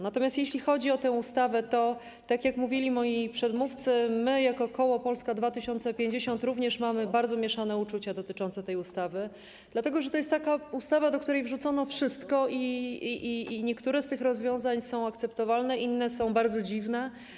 Natomiast jeśli chodzi o tę ustawę, to tak jak mówili moi przedmówcy, jako koło Polska 2050 również mamy bardzo mieszane uczucia dotyczące tej ustawy, dlatego że to jest taka ustawa, do której wrzucono wszystko, i niektóre z tych rozwiązań są akceptowalne, inne są bardzo dziwne.